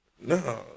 no